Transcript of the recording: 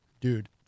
dude